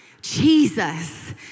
Jesus